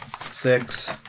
six